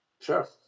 Sure